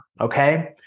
okay